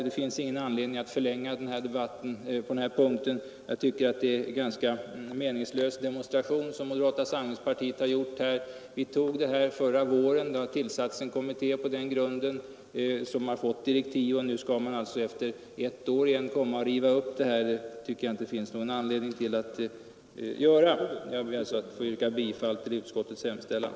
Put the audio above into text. Det finns ingen anledning att förlänga debatten på denna punkt. Moderata samlingspartiet har här gjort en ganska meningslös demonstration. Vi tog beslutet förra våren. En kommitté har tillsatts och fått sina direktiv. Det finns ingen anledning att riva upp beslutet ett år senare. Jag ber att få yrka bifall till utskottets hemställan.